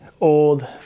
old